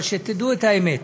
אבל שתדעו את האמת: